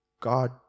God